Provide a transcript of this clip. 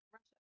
Russia